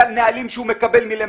שבן אדם בא,